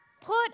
Put